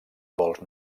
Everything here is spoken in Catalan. vols